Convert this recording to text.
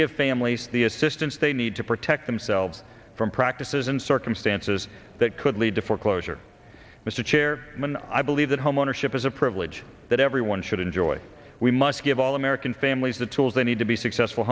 give families the assistance they need to protect themselves from practices and circumstances that could lead to foreclosure mr chair when i believe that homeownership is a privilege that everyone should enjoy we must give all american families the tools they need to be successful